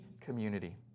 community